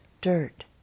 dirt